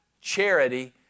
charity